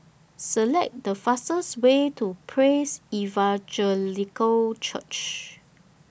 Select The fastest Way to Praise Evangelical Church